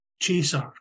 chaser